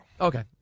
Okay